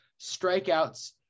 strikeouts